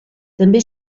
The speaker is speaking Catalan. també